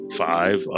five